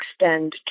extend